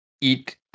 eat